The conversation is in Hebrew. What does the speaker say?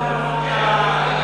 אה,